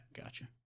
gotcha